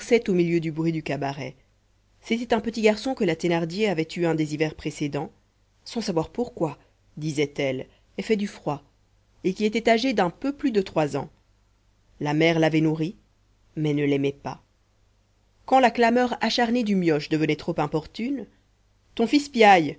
au milieu du bruit du cabaret c'était un petit garçon que la thénardier avait eu un des hivers précédents sans savoir pourquoi disait-elle effet du froid et qui était âgé d'un peu plus de trois ans la mère l'avait nourri mais ne l'aimait pas quand la clameur acharnée du mioche devenait trop importune ton fils piaille